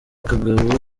kagabo